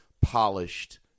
polished